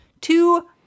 Two